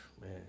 Man